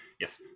Yes